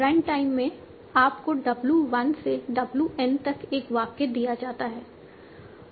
run time में आपको w 1 से w n तक एक वाक्य दिया जाता है